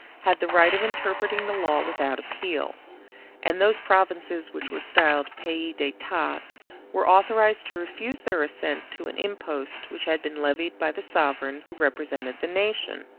had the right of interpreting the law without appeal and those provinces which were styled pays d'etats were authorized to refuse their assent to an impost which had been levied by the sovereign who represented the nation.